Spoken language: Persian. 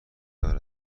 دار